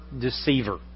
deceiver